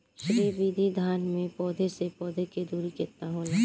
श्री विधि धान में पौधे से पौधे के दुरी केतना होला?